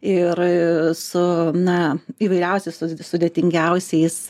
ir su na įvairiausiais sus sudėtingiausiais